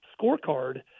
scorecard